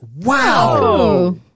Wow